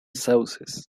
sauces